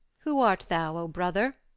who art thou, o brother?